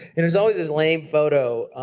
and was always this lame photo